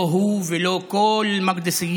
לא הוא ולא כל (אומר בערבית: